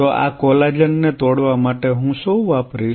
તો આ કોલાજન ને તોડવા માટે હું શું વાપરીશ